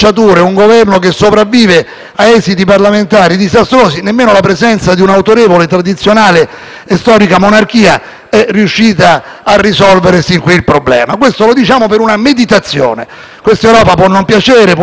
storica monarchia è riuscita a risolvere sin qui il problema. Questo lo diciamo per una meditazione. Questa Europa può non piacere, può essere da criticare, ma uscirne diventa difficile, se non impossibile, oltre che dannoso e pericoloso.